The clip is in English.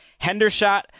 Hendershot